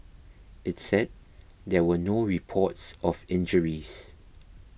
its said there were no reports of injuries